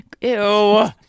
Ew